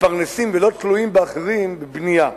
מתפרנסים ולא תלויים באחרים בבנייה.